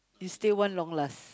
you still want long last